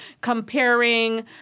Comparing